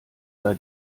sei